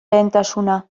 lehentasuna